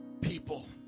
people